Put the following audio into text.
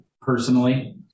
personally